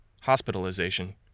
hospitalization